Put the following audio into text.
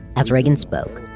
as reagan spoke,